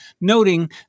noting